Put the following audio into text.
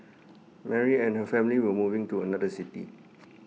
Mary and her family were moving to another city